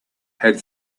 had